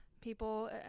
People